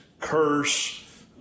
curse